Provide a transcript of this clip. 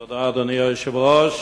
תודה, אדוני היושב-ראש.